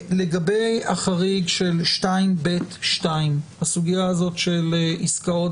לגבי החריג של 2(ב)2 הסוגיה הזאת של עסקאות